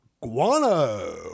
Guano